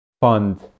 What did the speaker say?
fund